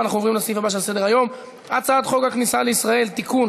ואנחנו עוברים לסעיף הבא שעל סדר-היום: הצעת חוק הכניסה לישראל (תיקון,